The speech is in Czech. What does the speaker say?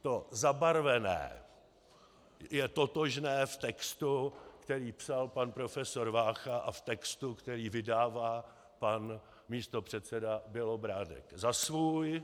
To zabarvené je totožné v textu, který psal pan profesor Vácha, a v textu, který vydává pan místopředseda Bělobrádek za svůj.